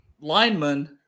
linemen